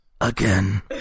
again